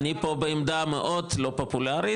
אני פה בעמדה מאוד לא פופולרית.